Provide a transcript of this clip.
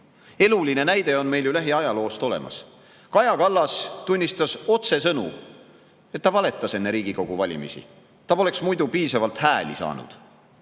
Eluline näide on meil ju lähiajaloost olemas. Kaja Kallas tunnistas otsesõnu, et ta valetas enne Riigikogu valimisi, ta poleks muidu piisavalt hääli saanud. Nii